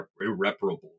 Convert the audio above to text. irreparable